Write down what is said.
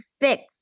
fix